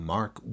Mark